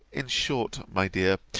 in short, my dear,